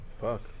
Fuck